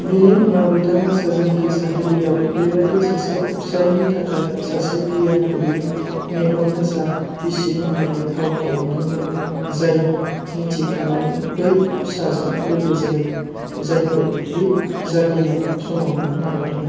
बिनि उनाव बिथाङा साजन की साहेलीआव बेबादि सासे फिसायनि थाखाय सासे गियान गैयै मेगन गोसा बिसि महरै फाव खालामदोंमोन जाय मिथिखानानै बै फिसाजों लोगो जायो जायखौ बि जागिनाय समावनो नागारदोंमोन